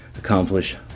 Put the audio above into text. accomplish